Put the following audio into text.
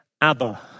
Abba